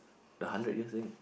the hundred years thing